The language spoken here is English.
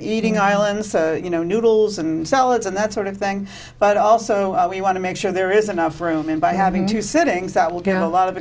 eating islands you know noodles and salads and that sort of thing but also we want to make sure there is enough room and by having two sittings that will get a lot of